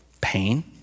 pain